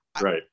right